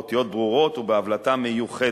באותיות ברורות ובהבלטה מיוחדת.